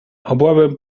obławę